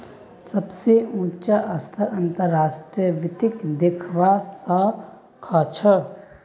सबस उचा स्तरत अंतर्राष्ट्रीय वित्तक दखवा स ख छ